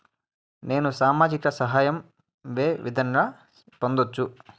నేను సామాజిక సహాయం వే విధంగా పొందొచ్చు?